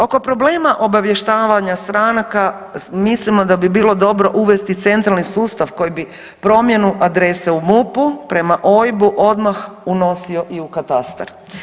Oko problema obavještavanja stranaka mislimo da bi bilo dobro uvesti centrali sustav koji bi promjenu adrese u MUP-u prema OIB-u odmah unosio i u katastar.